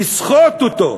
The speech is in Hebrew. לסחוט אותו.